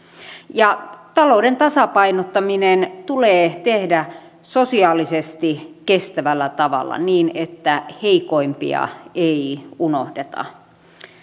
talouden tasapainottaminen tulee tehdä sosiaalisesti kestävällä tavalla niin että heikoimpia ei unohdeta